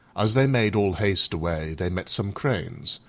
as they made all haste away they met some cranes,